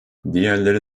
diğerleri